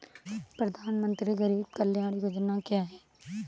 प्रधानमंत्री गरीब कल्याण योजना क्या है?